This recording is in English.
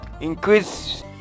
increase